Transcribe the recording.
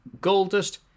Goldust